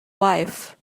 wife